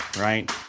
right